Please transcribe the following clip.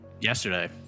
Yesterday